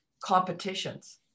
competitions